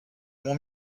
m’ont